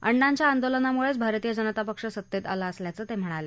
अण्णांच्या आंदोलनामुळेच भारतीय जनता पक्ष सत्तेत आला असल्याचं ते म्हणाले